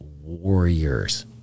warriors